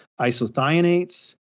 isothionates